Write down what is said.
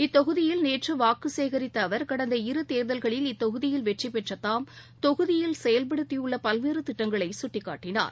இத்தொகுதியில் நேற்று வாக்கு சேகரித்த அவர் கடந்த இரு தேர்தல்களில் இத்தொகுதியில் வெற்றி பெற்ற தாம் தொகுதியில் செயல்படுத்தியுள்ள பல்வேறு திட்டங்களை சுட்டிக்காட்டினார்